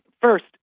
First